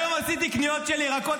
היום עשיתי קניות של ירקות,